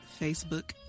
Facebook